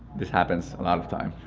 this happens a lot of time,